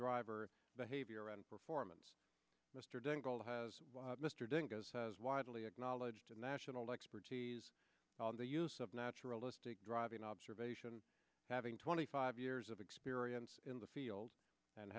driver behavior and performance mr dingell has mr dingoes as widely acknowledged in national expertise on the use of naturalistic driving observation having twenty five years of experience in the field and